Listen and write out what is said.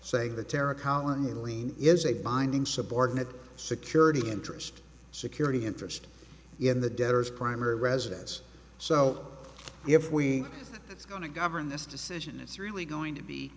saying the terra colony lien is a binding subordinate security interest security interest in the debtors primary residence so if we it's going to govern this decision it's really going to be